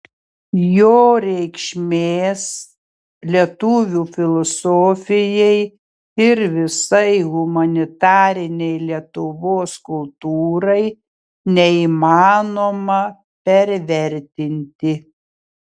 jo reikšmės lietuvių filosofijai ir visai humanitarinei lietuvos kultūrai neįmanoma pervertinti